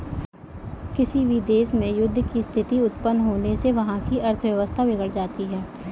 किसी भी देश में युद्ध की स्थिति उत्पन्न होने से वहाँ की अर्थव्यवस्था बिगड़ जाती है